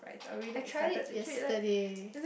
I tried it yesterday